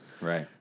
Right